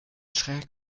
schräg